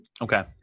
Okay